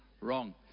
wrong